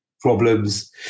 problems